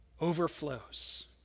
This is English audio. overflows